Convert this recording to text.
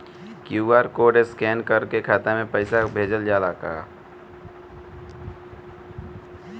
QR code scan करके खाता में पैसा भेजल जाला का?